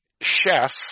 chef